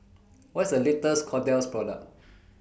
What IS The latest Kordel's Product